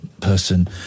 person